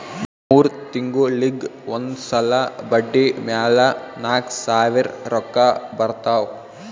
ಮೂರ್ ತಿಂಗುಳಿಗ್ ಒಂದ್ ಸಲಾ ಬಡ್ಡಿ ಮ್ಯಾಲ ನಾಕ್ ಸಾವಿರ್ ರೊಕ್ಕಾ ಬರ್ತಾವ್